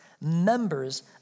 members